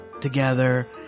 together